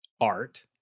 art